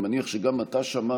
אני מניח שגם אתה שמעת,